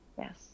yes